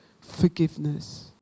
forgiveness